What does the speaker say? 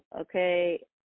Okay